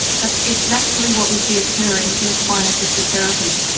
that's exactly what we see occurring in equine assisted therapy.